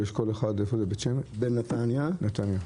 בנתניה,